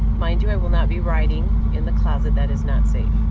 mind you, i will not be riding in the closet. that is not safe.